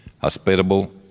hospitable